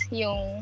yung